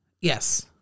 Yes